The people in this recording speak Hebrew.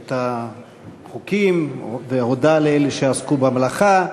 את החוקים והודה לאלה שעסקו במלאכה.